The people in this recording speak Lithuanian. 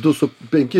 du su penki